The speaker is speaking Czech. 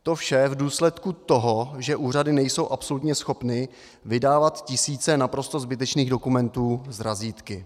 To vše v důsledku toho, že úřady nejsou absolutně schopné vydávat tisíce naprosto zbytečných dokumentů s razítky.